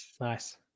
Nice